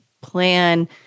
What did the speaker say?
plan